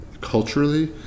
culturally